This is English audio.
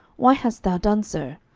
why hast thou done so?